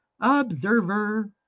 Observer